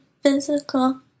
physical